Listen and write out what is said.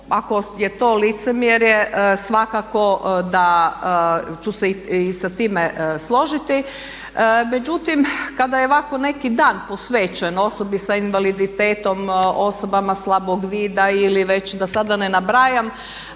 ako je to licemjerje svakako da ću se i sa time složiti. Međutim, kada je ovako neki dan posvećen osobi sa invaliditetom, osobama slabog vida ili već da sada ne nabrajam